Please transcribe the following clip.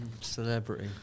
Celebrity